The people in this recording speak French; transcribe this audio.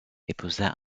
épousa